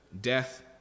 death